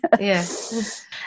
yes